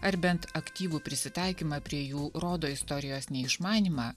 ar bent aktyvų prisitaikymą prie jų rodo istorijos neišmanymą